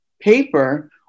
paper